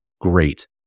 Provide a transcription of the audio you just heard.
Great